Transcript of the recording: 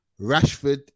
Rashford